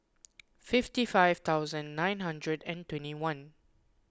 fifty five thousand nine hundred and twenty one